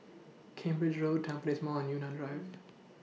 Cambridge Road Tampines Mall and Yunnan Drive